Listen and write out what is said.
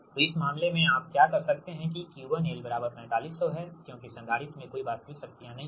तो इस मामले में आप क्या कर सकते हैं कि यह 𝑄1L 4500 है क्योंकि संधारित्र में कोई वास्तविक शक्तियां नहीं हैं